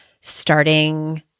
starting